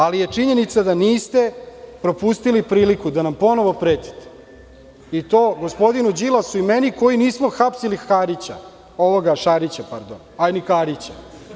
Ali je činjenica da niste propustili priliku da nam ponovo pretite, i to gospodinu Đilasu i meni, koji nismo hapsili Karića, pardon Šarića, a ni Karića.